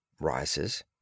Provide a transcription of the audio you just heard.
rises